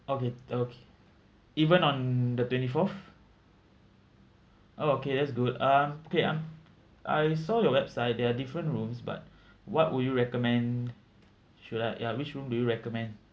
okay okay even on the twenty fourth oh okay that's good um okay um I saw your website there are different rooms but what would you recommend should I ya which room do you recommend